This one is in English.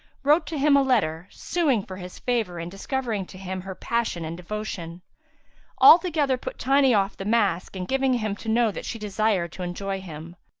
wrote to him a letter suing for his favour and discovering to him her passion and devotion altogether put tiny off the mask and giving him to know that she desired to enjoy him.